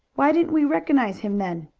why didn't we recognize him then?